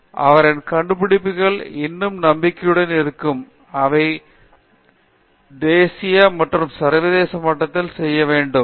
நிர்மலா அவரின் கண்டுபிடிப்புகள் இன்னும் நம்பிக்கையுடன் இருக்கும் அவை தேசிய மற்றும் சர்வதேச மட்டத்தில் செய்யப்பட வேண்டும்